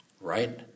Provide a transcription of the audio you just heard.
right